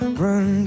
run